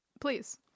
Please